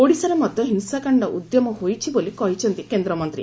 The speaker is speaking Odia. ଓଡିଶାରେ ମଧା ହିଂସାକାଶ୍ଡ ଉଦ୍ୟମ ହୋଇଛି ବୋଲି କହିଛନ୍ତି କେନ୍ଦ୍ରମନ୍ତୀ